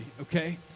okay